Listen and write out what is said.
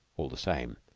all the same,